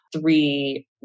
three